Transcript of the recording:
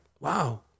wow